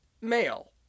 male